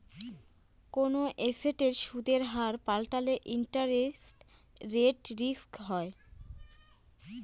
কোনো এসেটের সুদের হার পাল্টালে ইন্টারেস্ট রেট রিস্ক হয়